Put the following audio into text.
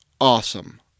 awesome